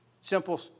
Simple